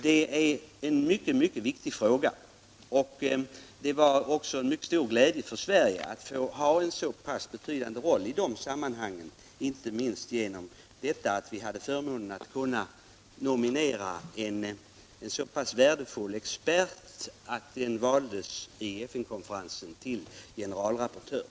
Det är en mycket viktig fråga, och det var också en mycket stor glädje för Sverige att få spela en så pass betydande roll i dessa sammanhang, inte minst genom att vi hade förmånen att kunna nominera en så värdefull expert att hon, dvs. fru Malin Falkenmark, av FN-konferensen valdes till generalrapportör.